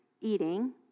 eating